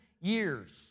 years